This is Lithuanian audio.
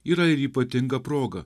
yra ir ypatinga proga